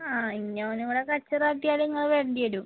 ആ ഇനി അവൻ ഇവിടെ കച്ചറ ആക്കിയാൽ നിങ്ങൾ വരേണ്ടി വരും